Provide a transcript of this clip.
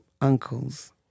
uncles